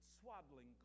swaddling